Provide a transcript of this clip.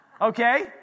Okay